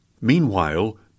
Meanwhile